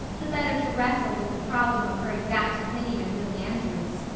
the better to wrestle with the problem of her exact opinion of billy andrews.